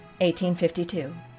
1852